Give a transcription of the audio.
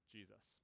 Jesus